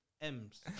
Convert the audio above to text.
M's